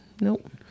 Nope